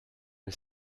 and